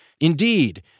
Indeed